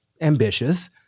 ambitious